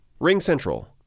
RingCentral